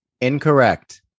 Incorrect